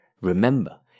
Remember